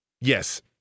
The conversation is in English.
Yes